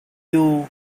you